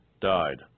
died